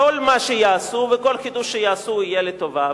כל מה שיעשו וכל חידוש שיעשו יהיה לטובה.